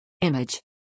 Image